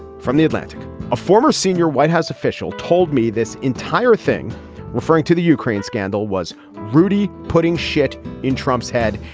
from the atlantic a former senior white house official told me this entire thing referring to the ukraine scandal was rudy putting shit in trump's head.